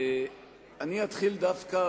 אני אתחיל דווקא